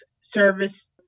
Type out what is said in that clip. service